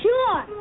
Sure